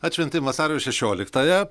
atšventėm vasario šešioliktąją